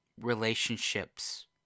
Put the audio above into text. relationships